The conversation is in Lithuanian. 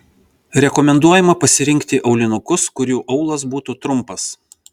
rekomenduojama pasirinkti aulinukus kurių aulas būtų trumpas